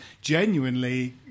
genuinely